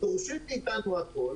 דורשים מאיתנו הכול,